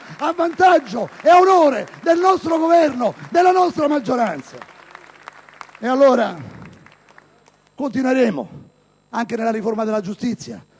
a vantaggio ed onore del nostro Governo e della nostra maggioranza! E allora, continueremo anche nella riforma della giustizia.